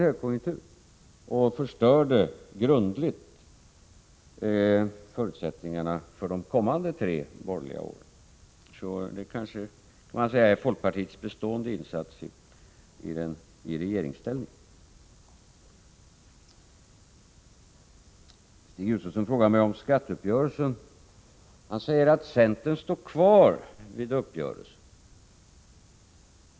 Det förstörde grundligt förutsättningarna för de kommande tre borgerliga åren. Det kanske är folkpartiets bestående insats i regeringsställning. Stig Josefson frågade mig om skatteuppgörelsen. Han sade att centern står kvar vid uppgörelsen.